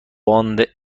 باند